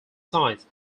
science